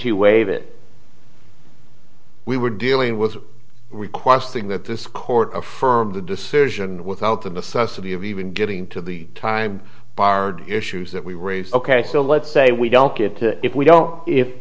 you wave it we were dealing with requesting that this court affirmed the decision without the necessity of even getting to the time bar issues that we raise ok so let's say we don't get if we don't if